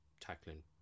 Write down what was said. tackling